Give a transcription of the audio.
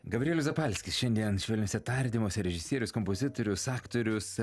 gabrielius zapalskis šiandien švelniuose tardymuose režisierius kompozitorius aktorius